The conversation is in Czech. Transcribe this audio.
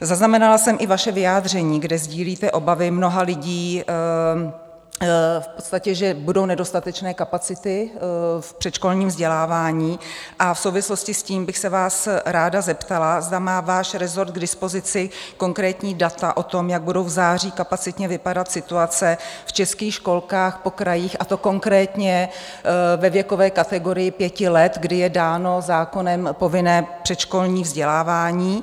Zaznamenala jsem i vaše vyjádření, kde sdílíte obavy mnoha lidí, že v podstatě budou nedostatečné kapacity v předškolním vzdělávání, a v souvislosti s tím bych se vás ráda zeptala, zda má váš rezort k dispozici konkrétní data o tom, jak budou v září kapacitně vypadat situace v českých školkách po krajích, a to konkrétně ve věkové kategorii pěti let, kdy je dáno zákonem povinné předškolní vzdělávání.